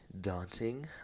daunting